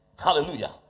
Hallelujah